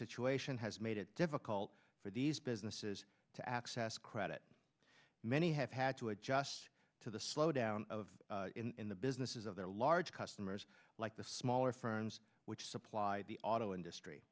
situation has made it difficult for these businesses to access credit many have had to adjust to the slowdown of in the businesses of their large customers like the smaller firms which supply the auto industry